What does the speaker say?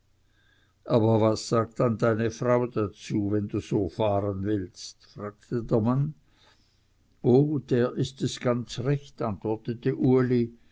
aber was sagt dann deine frau dazu wenn du so fahren willst fragte der mann oh der ist es ganz recht antwortete uli